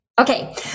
Okay